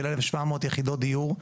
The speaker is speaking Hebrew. של 1,700 יחידות דיור,